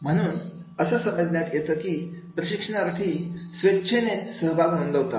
म्हणून असं समजण्यात येतं की प्रशिक्षणार्थी स्वेच्छेने सहभाग नोंदवतात